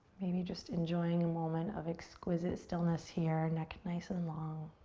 maybe just enjoying a moment of exquisite stillness here. neck nice and long.